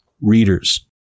readers